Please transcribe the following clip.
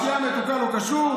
השתייה המתוקה, לא קשור.